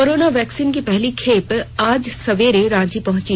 corona vaccine की पहली खेप आज सवेरे रांची पहुंची